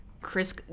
Chris